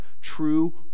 true